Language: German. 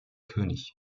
könig